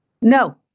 no